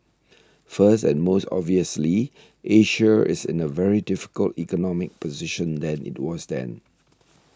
first and most obviously Asia is in a very difficult economic position than it was then